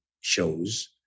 shows